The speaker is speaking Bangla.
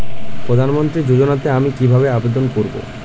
প্রধান মন্ত্রী যোজনাতে আমি কিভাবে আবেদন করবো?